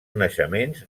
naixements